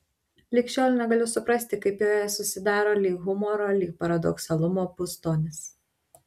lig šiol negaliu suprasti kaip joje susidaro lyg humoro lyg paradoksalumo pustonis